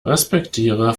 respektiere